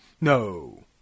No